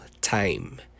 time